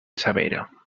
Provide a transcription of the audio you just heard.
severa